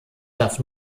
darf